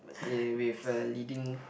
eh with a leading